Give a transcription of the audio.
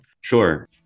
Sure